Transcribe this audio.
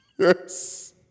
Yes